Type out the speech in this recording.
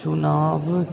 चुनाव